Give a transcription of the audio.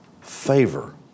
favor